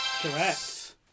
Correct